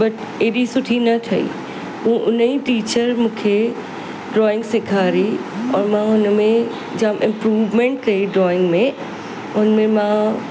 but एॾी सुठी न ठही ऊं उन्हीअ टीचर मूंखे ड्रॉइंग सेखारी ऐं मां हुनमें जाम इम्प्रूवमेंट कई ड्रॉइंग में उनमें मां